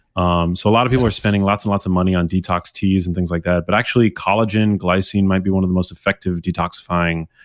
um so a lot of people are spending lots and lots of money on detox teas and things like that, but actually collagen, glycine might be one of the most effective detoxifying